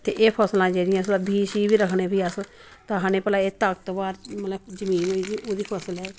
ते एह् फसलां जेह्ड़ियां कुतै बी शी बी रक्खने अस ते आखने भला एह् ताकतवर मतलब जमीन हुंदी ओह्दी फसल ऐ एह्